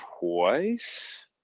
twice